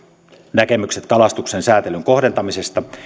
näkemykset kalastuksen säätelyn kohdentamisesta